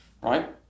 right